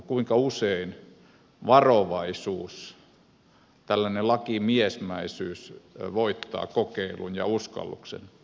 kuinka usein varovaisuus tällainen lakimiesmäisyys voittaa kokeilun ja uskalluksen